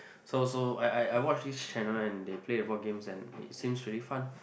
so so I I I watch this channel and they play a board games and it seems really fun